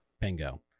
Bingo